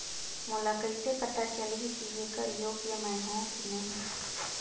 मोला कइसे पता चलही की येकर योग्य मैं हों की नहीं?